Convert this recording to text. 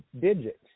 digits